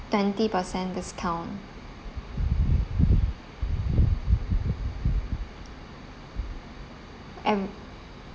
twenty percent discount eve~